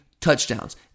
touchdowns